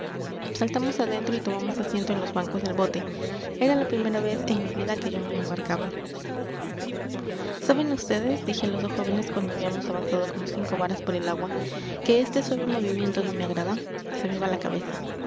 saltamos adentro y tomamos asiento en los bancos del bote era la primera vez en mi vida que yo me embarcaba saben vds dije a los dos jóvenes cuando habíamos avanzado como cinco varas por el agua que este suave movimiento no me agrada se me va la cabeza